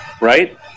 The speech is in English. right